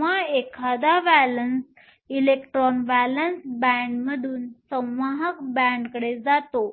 जेव्हा एखादा electron valence बॅण्डमधून संवाहक बॅण्डकडे जातो